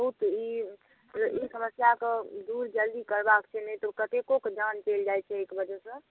बहुत ई ई समस्याके दूर जल्दी करबाके छै नहि तऽ कतेकोके जान चलि जाइत छै एहिके वजहसँ